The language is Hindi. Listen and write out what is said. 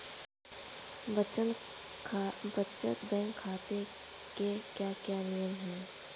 बचत बैंक खाते के क्या क्या नियम हैं?